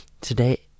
Today